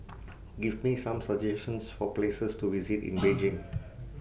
Give Me Some suggestions For Places to visit in Beijing